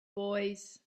boys